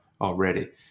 already